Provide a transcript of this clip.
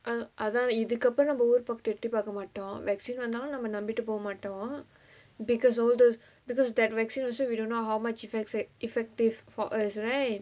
ah அதா இதுக்கு அப்புறம் நம்ம ஊர் பக்கோ எட்டி பாக்க மாட்டோ:atha ithukku appuram namma oor pakko etti paaka maatto vaccine வந்தாலும் நம்ம நம்பிட்டு போமாட்டோ:vanthalum namma nambittu pomaatto because all the because that vaccine we also don't know how much effective for us right